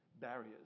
barriers